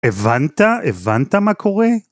הבנת? הבנת מה קורה?